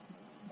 तनाव क्या है